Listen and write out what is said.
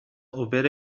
اوبر